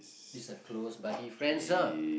is a close buddy friends lah